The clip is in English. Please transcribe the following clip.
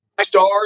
Stars